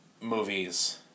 movies